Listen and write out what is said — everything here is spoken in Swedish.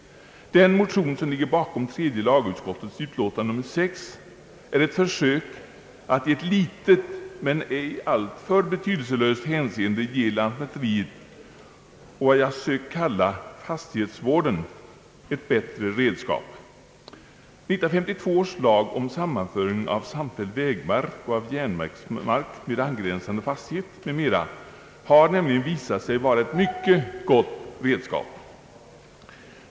Den motion som ligger bakom tredje lagutskottets utlåtande nr 6 är ett försök att i ett litet men ej alltför betydelselöst hänseende ge lantmäteriet och vad jag sökt kalla fastighetsvården ett bättre redskap. 1952 års lag om sammanföring av samfälld vägmark och av järnvägsmark med angränsande fastighet m.m. har nämligen visat sig vara ett mycket gott redskap.